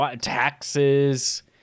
Taxes